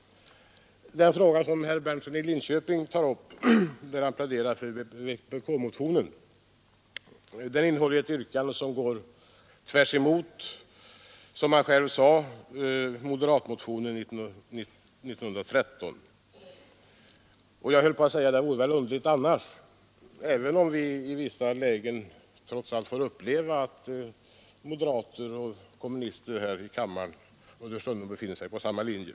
Den fråga som herr Berndtson i Linköping tar upp och där han pläderar för vpk-motionen innehåller yrkanden som går i helt motsatt riktning i förhållande till motionen 1913. Och jag höll på att säga att det vore väl underligt annars, även om vi i vissa lägen trots allt får uppleva att moderater och kommunister här i kammaren understundom befinner sig på samma linje.